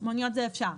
מוניות זה אפשר.